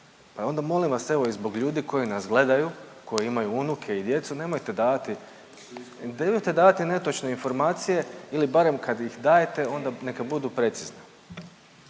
Pa onda molim vas evo i zbog ljudi koji nas gledaju, koji imaju unuke i djecu nemojte davati, nemojte davati netočne informacije ili barem kad ih dajete onda neka budu precizne.